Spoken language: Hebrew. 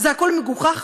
זה כל כך מגוחך.